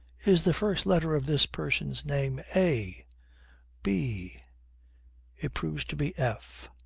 is the first letter of this person's name a b it proves to be f.